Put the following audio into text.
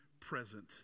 present